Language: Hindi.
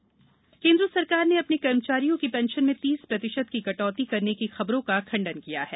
पेंशन खंडन केन्द्र सरकार ने अपने कर्मचारियों की पेंशन में तीस प्रतिशत की कटौती करने की खबरों का खंडन किया है